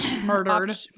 murdered